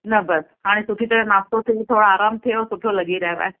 न बसि हाणे सुठी तरह नास्तो थिए थोरो आरामु थियो सुठो लॻी रहियो आहे